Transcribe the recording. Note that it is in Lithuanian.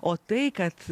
o tai kad